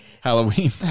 Halloween